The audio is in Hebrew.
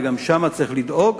וגם שם צריך לדאוג